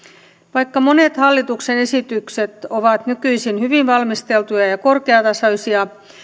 vaikka monet hallituksen esitykset ovat nykyisin hyvin valmisteltuja ja korkeatasoisia